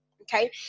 okay